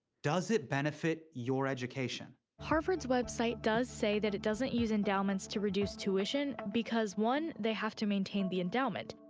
does it benefit your education? harvard's website does say that it doesn't use endowments to reduce tuition, because, one, they have to maintain the endowment,